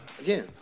again